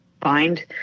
find